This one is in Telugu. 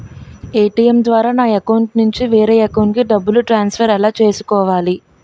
ఏ.టీ.ఎం ద్వారా నా అకౌంట్లోనుంచి వేరే అకౌంట్ కి డబ్బులు ట్రాన్సఫర్ ఎలా చేసుకోవాలి?